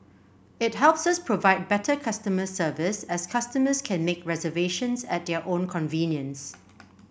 it helps us provide better customer service as customers can make reservations at their own convenience